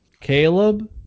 Caleb